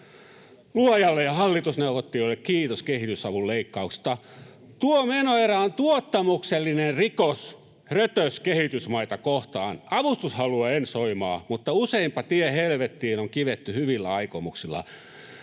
Luojalle ja hallitusneuvottelijoille kiitos kehitysavun leikkauksesta. Tuo menoerä on tuottamuksellinen rikos, rötös kehitysmaita kohtaan. Avustushalua en soimaa, mutta useinpa tie helvettiin on kivetty hyvillä aikomuksilla,